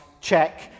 check